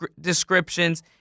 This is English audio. descriptions